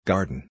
Garden